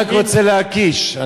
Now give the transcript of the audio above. אני רק רוצה להקיש.